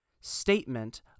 statement